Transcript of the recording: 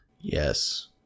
Yes